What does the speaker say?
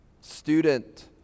Student